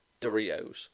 Doritos